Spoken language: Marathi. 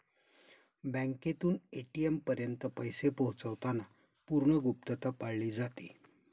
बँकेतून ए.टी.एम पर्यंत पैसे पोहोचवताना पूर्ण गुप्तता पाळली जाते